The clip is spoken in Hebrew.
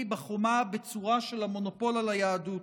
בחומה הבצורה של המונופול על היהדות.